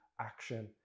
action